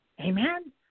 Amen